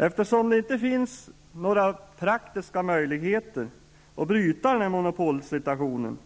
Eftersom det inte finns några praktiska möjligheter att bryta den monopolsituationen,